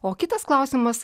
o kitas klausimas